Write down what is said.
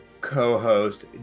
co-host